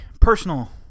personal